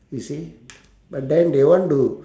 you see but then they want to